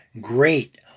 great